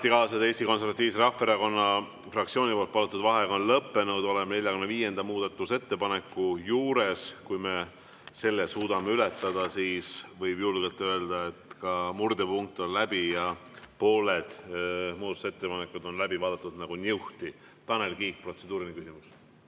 ametikaaslased! Eesti Konservatiivse Rahvaerakonna fraktsiooni palutud vaheaeg on lõppenud. Oleme 45. muudatusettepaneku juures. Kui me selle suudame ületada, siis võib julgelt öelda, et murdepunkt on [möödas] ja pooled muudatusettepanekud on läbi vaadatud nagu niuhti. Tanel Kiik, protseduuriline küsimus.